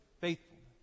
faithfulness